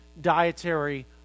dietary